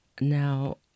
Now